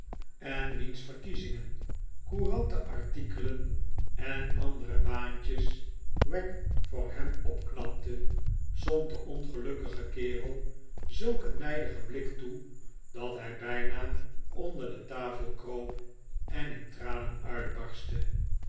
en wiens verkiezingen couranten artikelen en andere baantjes wagg voor hem opknapte zond den ongelukkigen kerel zulk een nijdigen blik toe dat hij bijna onder de tafel kroop en in tranen uitbarstte